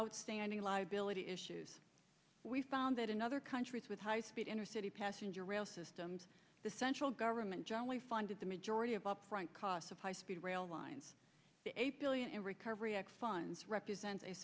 outstanding liability issues we found that in other countries with high speed intercity passenger rail systems the central government generally funded the majority of upfront costs of high speed rail lines a billion in recovery act funds represents a